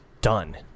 done